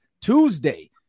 Tuesday